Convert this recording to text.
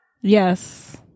yes